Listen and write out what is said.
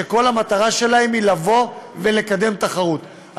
שכל המטרה שלהם היא לקדם תחרות.